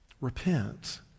Repent